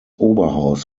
oberhaus